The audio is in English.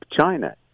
China